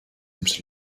ums